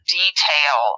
detail